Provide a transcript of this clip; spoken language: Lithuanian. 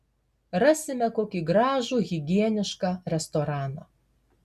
rasime kokį gražų higienišką restoraną